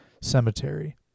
cemetery